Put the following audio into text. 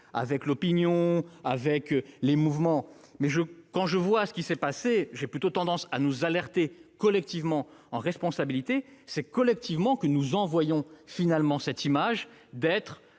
avec l'opinion, avec les mouvements, mais, quand je vois ce qui s'est passé, j'ai plutôt tendance à vouloir nous alerter collectivement, en responsabilité. C'est collectivement que nous envoyons cette image de